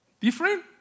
Different